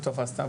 לא תפסת.